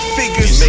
figures